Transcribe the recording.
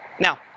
Now